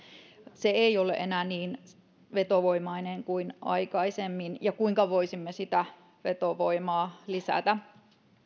se ei ole enää niin vetovoimainen kuin aikaisemmin ja kuinka voisimme sitä vetovoimaa lisätä